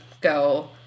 go